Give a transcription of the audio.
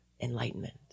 Enlightenment